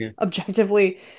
objectively